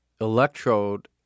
electrode